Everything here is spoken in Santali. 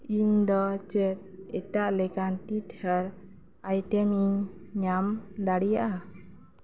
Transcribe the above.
ᱤᱧ ᱫᱚ ᱪᱮᱫ ᱮᱴᱟᱜ ᱞᱮᱠᱟᱱ ᱴᱤᱛᱷᱦᱮᱭᱟᱨ ᱟᱭᱴᱮᱢ ᱤᱧ ᱧᱟᱢ ᱫᱟᱲᱮᱭᱟᱜᱼᱟ